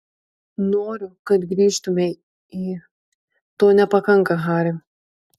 noriu kad grįžtumei į to nepakanka hari